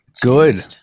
good